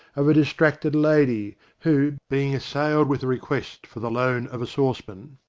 of a dis tracted lady who, being assailed with a request for the loan of a saucepan,